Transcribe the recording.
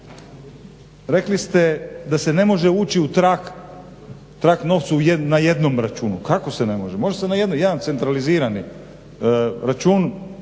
Rekli ste da se ne može ući u trag, trag novcu na jednom računu, kako se ne može, može se na jedna centralizirani račun,